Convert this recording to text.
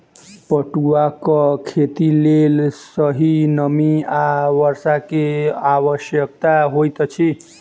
पटुआक खेतीक लेल सही नमी आ वर्षा के आवश्यकता होइत अछि